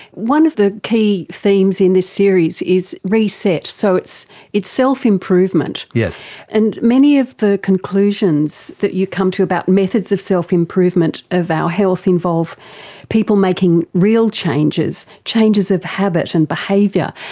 one of the key themes in this series is reset. so it's it's self-improvement. yeah and many of the conclusions that you come to about methods of self-improvement of our health involve people making real changes, changes of habit habit and behaviour,